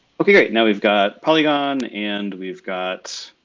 okay great, now we've got, polygon and we've got